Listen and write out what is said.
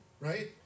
Right